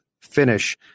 finish